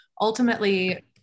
ultimately